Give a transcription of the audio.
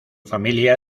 familia